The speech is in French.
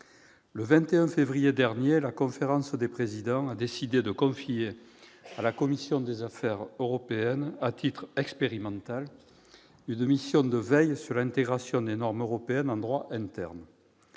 le 21 février dernier, la conférence des présidents a décidé de confier à la commission des affaires européennes, à titre expérimental, une mission de veille sur l'intégration des normes européennes en droit interne.